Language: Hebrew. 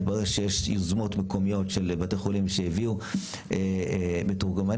התברר שיש יוזמות מקומיות בבתי חולים שהביאו מתורגמנים,